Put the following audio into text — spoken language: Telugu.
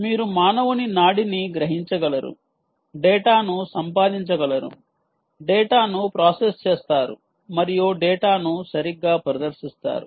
మీరు మానవుని నాడిని గ్రహించగలరు డేటాను సంపాదించగలరు డేటాను ప్రాసెస్ చేస్తారు మరియు డేటాను సరిగ్గా ప్రదర్శిస్తారు